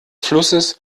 flusses